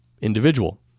individual